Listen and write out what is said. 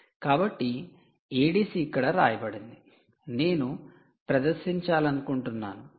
కాబట్టి 'ADC' ఇక్కడ వ్రాయబడింది నేను ప్రదర్శించాలనుకుంటున్నాను